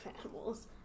animals